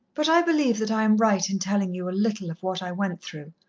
but i believe that i am right in telling you a little of what i went through.